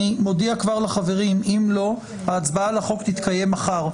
אני מודיע לחברים שההצבעה על החוק תתקיים מחר.